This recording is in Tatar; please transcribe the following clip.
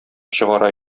чыгара